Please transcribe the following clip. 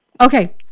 Okay